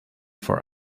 for